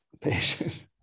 patient